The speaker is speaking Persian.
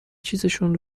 چیزشون